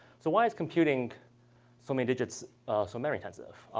so why is computing so many digits so memory intensive?